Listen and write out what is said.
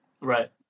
Right